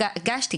הגשתי.